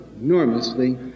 enormously